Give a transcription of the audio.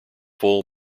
full